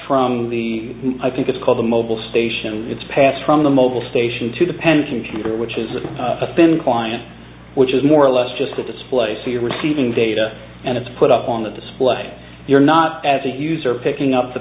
from the i think it's called the mobile station it's passed from the mobile station to the pension computer which is with a thin client which is more or less just a display so you're receiving data and it's put up on the display you're not as a user picking up the